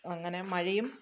അങ്ങനെ മഴയും